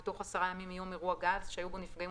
בתוך 10 ימים מיום אירוע גז שהיו בו נפגעים